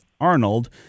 Arnold